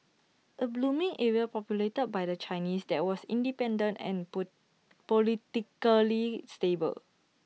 A booming area populated by the Chinese that was independent and P politically stable